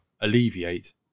alleviate